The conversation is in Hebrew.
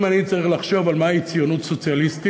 אם הייתי צריך לחשוב על מהי ציונית סוציאליסטית,